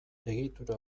egitura